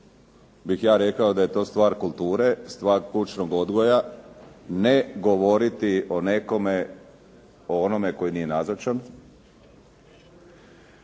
bih ja rekao da je to stvar kulture, stvar kućnog odgoja, ne govoriti o nekome, o onome tko nije nazočan,